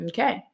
Okay